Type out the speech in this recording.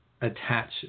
attach